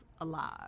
alive